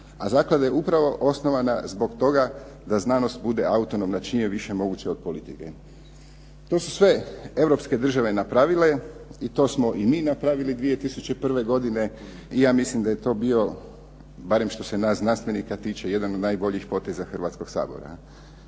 a zaklada je upravo osnovana zbog toga da znanost bude autonomna čim je moguće više od politike. To su sve europske države napravile i to smo i mi napravili 2001. godine i ja mislim da je to bio, barem što se nas znanstvenika tiče jedan od najboljih poteza Hrvatskog sabora.